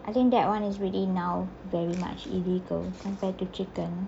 I think that one is really now very much illegal compared to chicken